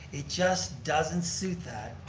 it just doesn't suit that.